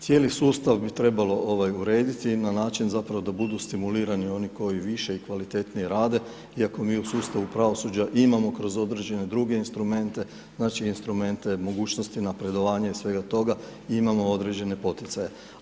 Cijeli sustav bi trebalo urediti, na način da budu stimulirani oni koji više i kvalitetnije rade, iako mi u sustavu pravosuđa imamo kroz određene druge instrumente, instrumente mogućnosti napredovanja i svega toga imamo određene poticaje.